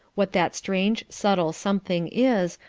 what that strange, subtle something is,